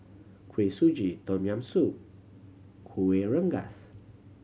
Kuih Suji Tom Yam Soup Kuih Rengas